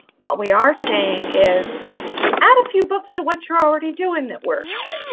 what we are saying is add a few books to what you're already doing that works